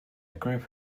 group